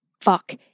fuck